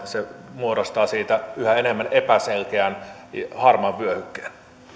se muodostaa siitä yhä enemmän epäselkeän harmaan vyöhykkeen